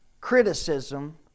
criticism